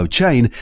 chain